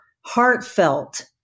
heartfelt